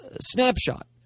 snapshot